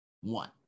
one